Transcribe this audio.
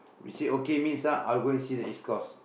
we say okay means ah I will go and see the East-Coast